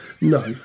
No